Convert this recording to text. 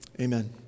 amen